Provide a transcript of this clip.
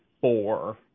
four